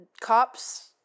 cops